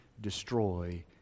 destroy